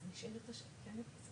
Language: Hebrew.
שיובן שהשכירות זה חלק מהעניין.